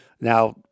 Now